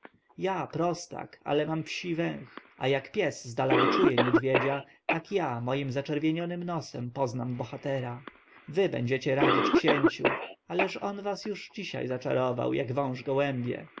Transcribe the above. ja prostak ale ja mam psi węch a jak pies zdala wyczuje niedźwiedzia tak ja moim zaczerwienionym nosem poznam bohatera wy będziecie radzić księciu ależ on was już dzisiaj zaczarował jak wąż gołębie